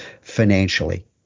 financially